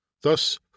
Thus